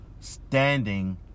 Standing